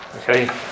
Okay